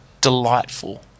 delightful